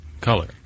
color